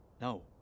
Now